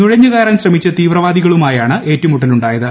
നുഴഞ്ഞു കയറാൻ ശ്രമിച്ച തീവ്രവാദികളുമായാണ് ഏറ്റുമുട്ടലുണ്ടായത്